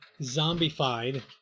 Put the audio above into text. Zombified